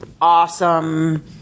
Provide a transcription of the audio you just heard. awesome